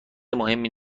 مهمی